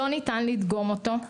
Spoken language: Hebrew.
לא ניתן לדגום אותו,